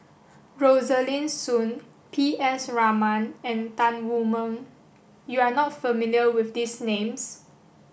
Rosaline Soon P S Raman and Tan Wu Meng you are not familiar with these names